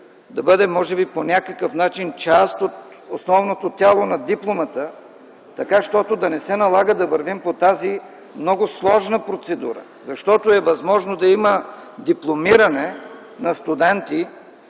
да бъде може би по някакъв начин част от основното тяло на дипломата, така щото да не се налага да вървим по тази много сложна процедура, защото е възможно да има дипломиране на студенти